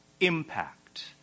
impact